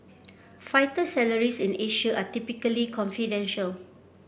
fighter salaries in Asia are typically confidential